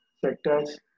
sectors